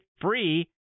free